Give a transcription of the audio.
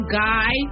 guy